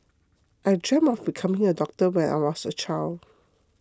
I dreamt of becoming a doctor when I was a child